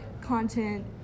content